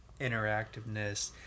interactiveness